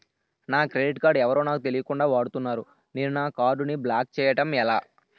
నా credit card ఎవరో నాకు తెలియకుండా వాడుకున్నారు నేను నా కార్డ్ ని బ్లాక్ చేయడం ఎలా?